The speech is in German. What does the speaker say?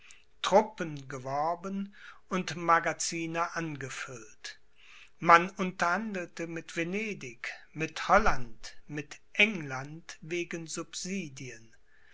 truppen geworben und magazine angefüllt man unterhandelte mit venedig mit holland mit england wegen